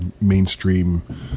mainstream